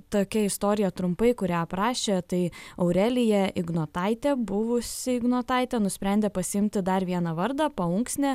tokia istorija trumpai kurią aprašė tai aurelija ignotaitė buvusi ignotaitė nusprendė pasiimti dar vieną vardą paunksnė